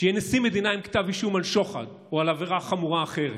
שיהיה נשיא מדינה עם כתב אישום על שוחד או על עבירה חמורה אחרת.